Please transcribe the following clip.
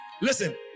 Listen